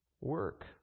work